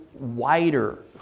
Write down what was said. wider